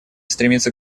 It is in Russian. стремиться